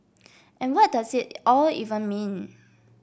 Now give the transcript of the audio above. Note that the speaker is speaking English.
and what does it all even mean